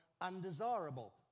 undesirable